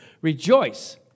Rejoice